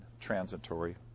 transitory